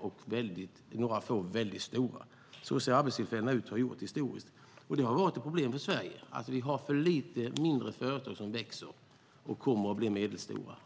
företag och några få väldigt stora. Så ser det ut med arbetstillfällena, och så har det varit också historiskt. Det har varit ett problem för Sverige att vi har för få mindre företag som växer och kan bli medelstora.